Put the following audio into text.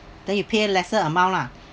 then you pay lesser amount lah